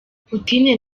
putin